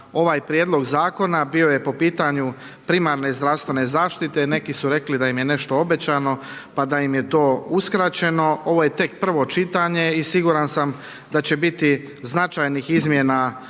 ovaj prijedlog Zakona. Bio je po pitanju primarne zdravstvene zaštite. Neki su rekli da im je nešto obećano, pa da im je to uskraćeno. Ovo je tek prvo čitanje i siguran sam da će biti značajnih izmjena